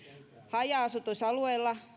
haja asutusalueella